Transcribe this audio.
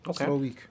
okay